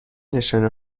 نشانه